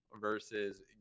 versus